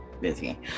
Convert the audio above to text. busy